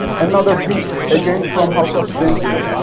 another beast again from house of bentley!